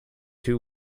two